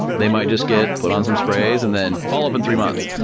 they might just get put on some sprays and then, follow up in three months.